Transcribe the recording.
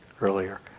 earlier